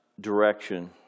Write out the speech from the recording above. direction